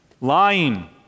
Lying